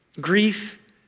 grief